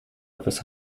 etwas